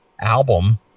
album